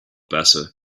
better